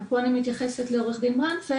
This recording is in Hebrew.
ופה אני מתייחסת לדבריה של עורכת הדין ברנדפלד,